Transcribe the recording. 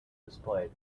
displayed